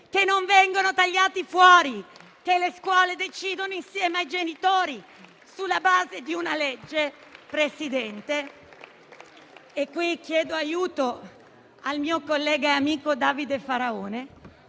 che non vengono tagliati fuori, che le scuole decidono insieme ai genitori, Presidente, - e qui chiedo aiuto al mio collega e amico Davide Faraone